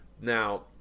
Now